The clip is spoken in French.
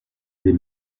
des